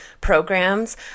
programs